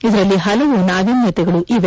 ಇದರಲ್ಲಿ ಪಲವು ನಾವಿನ್ಲತೆಗಳು ಇವೆ